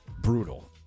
Brutal